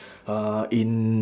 uh in